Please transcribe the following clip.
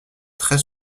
très